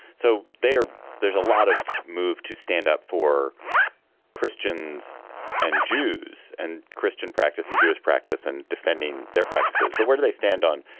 so there there's a lot of move to stand up for christians and jews and christian practice and jewish practice and defending their practices. but where do they stand on